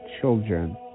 children